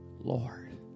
Lord